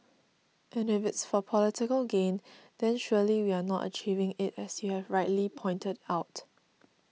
and if it is for political gain then surely we are not achieving it as you have rightly pointed out